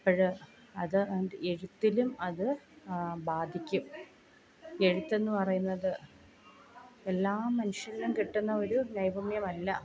അപ്പോൾ അത് എഴുത്തിലും അത് ബാധിക്കും എഴുത്തെന്ന് പറയുന്നത് എല്ലാ മനുഷ്യരിലും കിട്ടുന്ന ഒരു നൈപുണ്യമല്ല